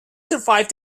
survived